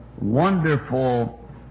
wonderful